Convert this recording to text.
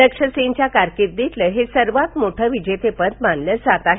लक्ष्य सेनच्या कारकिर्दीतलं हे सर्वात मोठं विजेतेपद मानलं जात आहे